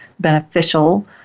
beneficial